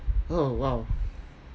oh !wow!